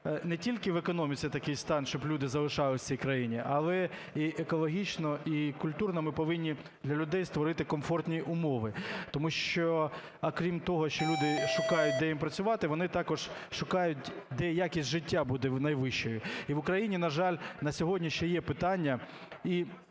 не тільки в економіці такий стан, щоб люди залишались в цій країні, але й екологічно і культурно ми повинні для людей створити комфортні умови, тому що, крім того, що люди шукають, де їм працювати, вони також шукають, де якість життя буде найвищою. І в Україні, на жаль, на сьогодні ще є питання і